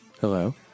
Hello